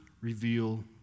reveal